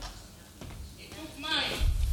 ניתוק מים.